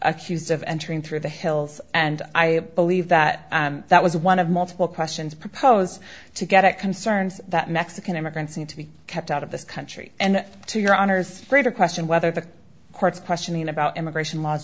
accused of entering through the hills and i believe that that was one of multiple questions propose to get it concerns that mexican immigrants need to be kept out of this country and to your honor's free to question whether the courts questioning about immigration laws